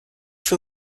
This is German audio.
für